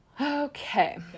Okay